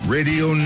Radio